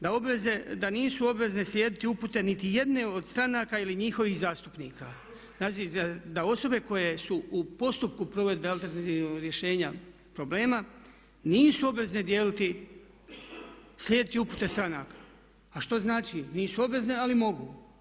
Da nisu obvezne slijediti upute niti jedne od stranaka ili njihovih zastupnika, znači da osobe koje su u postupku provedbe alternativnog rješenja problema, nisu obvezene dijeliti, slijediti upute stranaka, a što znači, nisu obvezne ali mogu.